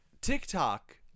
tiktok